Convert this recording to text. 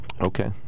Okay